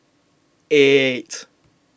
eight